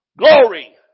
Glory